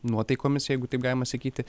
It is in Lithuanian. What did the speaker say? nuotaikomis jeigu taip galima sakyti